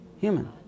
human